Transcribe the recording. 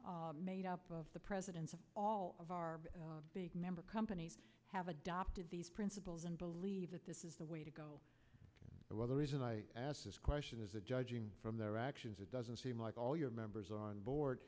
made up of the presidents of all of our big member companies have adopted these principles and believe that this is the way to go well the reason i ask this question is that judging from their actions it doesn't seem like all your members on board